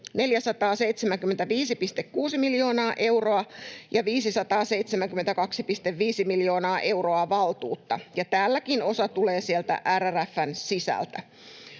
475,6 miljoonaa euroa ja 572,5 miljoonaa euroa valtuutta, ja täälläkin osa tulee RRF:n sisältä.